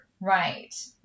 Right